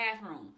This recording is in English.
bathroom